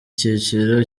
cyiciro